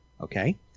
okay